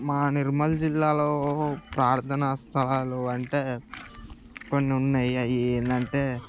మా నిర్మల్ జిల్లాలో ప్రార్ధనా స్థలాలు అంటే కొన్ని ఉన్నాయి అవి ఏంటంటే